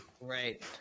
right